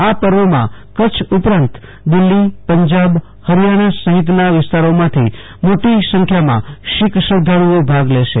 આ પર્વમાં કચ્છ ઉપરાંત દિલ્હી પંજાબ હરિયાણા સહિતના વિસ્તારોમાંથી મોટી સંખ્યામાં શીખ અનુયાયીઓ ભાગ લેશે